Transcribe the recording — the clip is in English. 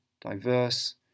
diverse